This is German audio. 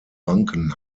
banken